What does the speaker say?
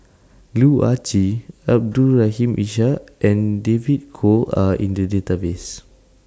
Loh Ah Chee Abdul Rahim Ishak and David Kwo Are in The Database